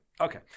Okay